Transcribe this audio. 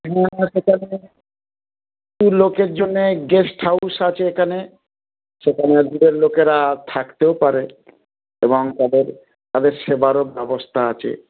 হ্যাঁ সেখানে লোকের জন্যে গেস্ট হাউস আছে এখানে সেখানে দূরের লোকেরা থাকতেও পারে এবং তাদের তাদের সেবারও ব্যবস্থা আছে